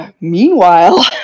meanwhile